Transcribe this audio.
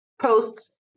posts